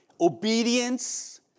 obedience